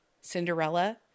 Cinderella